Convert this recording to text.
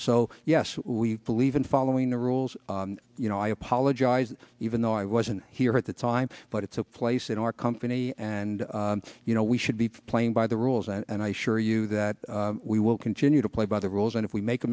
so yes we believe in following the rules you know i apologize even though i wasn't here at the time but it's a place in our company and you know we should be playing by the rules and i assure you that we will continue to play by the rules and if we make a